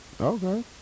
Okay